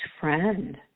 friend